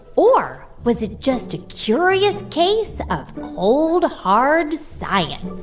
or was it just a curious case of cold, hard science?